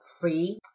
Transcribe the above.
free